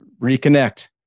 reconnect